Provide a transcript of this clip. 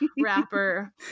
rapper